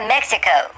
Mexico